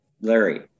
Larry